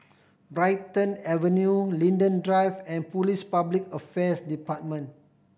Brighton Avenue Linden Drive and Police Public Affairs Department